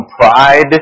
pride